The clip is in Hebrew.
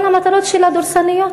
אבל המטרות שלה דורסניות.